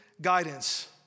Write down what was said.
guidance